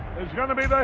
is going to be